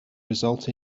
result